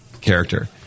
character